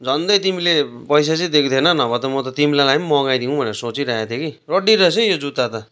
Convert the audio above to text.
झन्डै तिमीले पैसा चाहिँ दिएको थिएन नभए त म त तिम्रोलागि नि मगाइदिउँ भनेर सोचिरहेको थिएँ कि रड्डी रहेछ है यो जुत्ता त